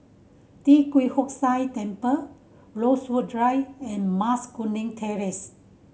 Tee Kwee Hood Sia Temple Rosewood Drive and Mas Kuning Terrace